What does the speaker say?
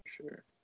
Sure